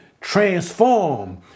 transform